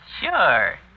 Sure